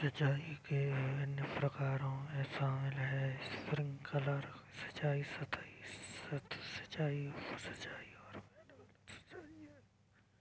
सिंचाई के विभिन्न प्रकारों में शामिल है स्प्रिंकलर सिंचाई, सतही सिंचाई, उप सिंचाई और मैनुअल सिंचाई